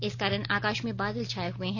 इस कारण आकाश में बादल छाये हुए हैं